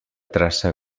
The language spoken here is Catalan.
traça